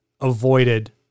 avoided